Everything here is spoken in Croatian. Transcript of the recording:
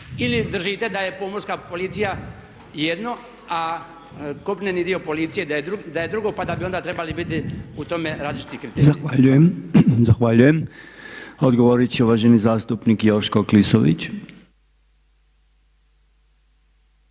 Ili držite da je pomorska policija jedno, a kopneni dio policije da je drugo pa da bi onda trebali biti u tome različiti kriteriji? **Podolnjak, Robert (MOST)** Zahvaljujem. Odgovorit će uvaženi zastupnik Joško Klisović.